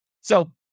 So-